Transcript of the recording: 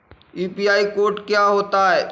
UPI code क्या होता है?